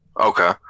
Okay